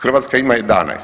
Hrvatska ima 11.